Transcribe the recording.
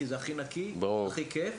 כי זה הכי נקי והכי כיף,